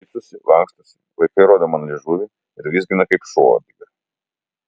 šypsosi lankstosi vaikai rodo man liežuvį ir vizgina kaip šuo uodegą